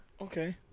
okay